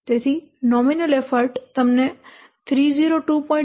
તેથી nominal effort તમને 302